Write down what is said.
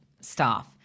staff